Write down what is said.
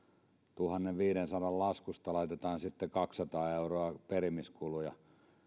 tuhannenviidensadan laskusta laitetaan sitten kaksisataa euroa perimiskuluja